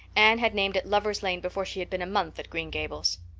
anne had named it lover's lane before she had been a month at green gables.